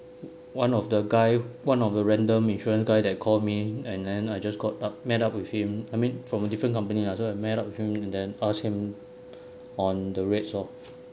one of the guy one of the random insurance guy that call me and then I just got up met up with him I mean from a different company lah so I met up with him then ask him on the rates lor